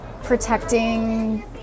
protecting